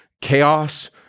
Chaos